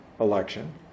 election